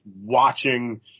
watching